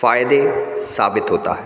फ़ायदे साबित होता है